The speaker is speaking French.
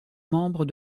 membres